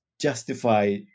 justify